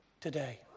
today